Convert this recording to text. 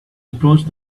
approached